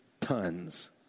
tons